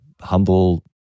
humble